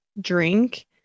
drink